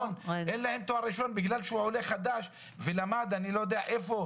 אין להם תואר ראשון בגלל שהוא עולה חדש ולמד אני לא יודע איפה,